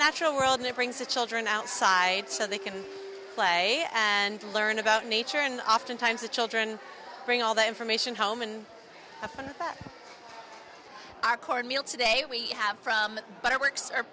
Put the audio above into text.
natural world and it brings the children outside so they can play and learn about nature and oftentimes the children bring all the information home in our corn meal today we have from but it works or